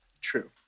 True